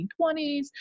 1920s